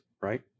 Right